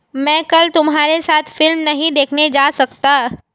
मैं कल तुम्हारे साथ फिल्म नहीं देखने जा सकता